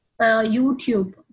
YouTube